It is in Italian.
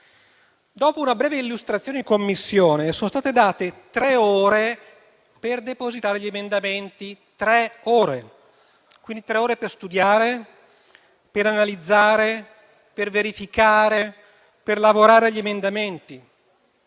Dopo una breve illustrazione in Commissione, sono state date tre ore per depositare gli emendamenti. Tre ore per studiare, analizzare, verificare e lavorare sugli emendamenti.